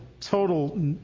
total